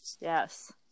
Yes